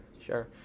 sure